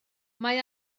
mae